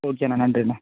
ஓகேண்ணா நன்றிண்ணா